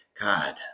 God